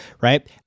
right